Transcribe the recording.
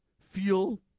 fuel